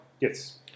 Yes